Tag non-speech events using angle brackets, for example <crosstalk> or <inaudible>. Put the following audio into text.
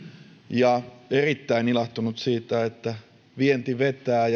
ja erittäin ilahtunut siitä että vienti vetää <unintelligible>